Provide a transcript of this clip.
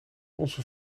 onze